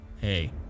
hey